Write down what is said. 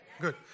Good